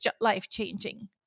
life-changing